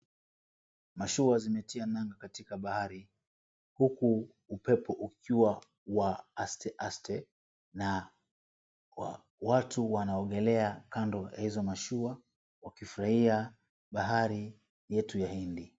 Mashua zimetia nanga katika bahari huku upepo ukiwa wa asteaste na watu wanaogelea kando ya hizo mashua wakifurahia bahari yetu ya Hindi.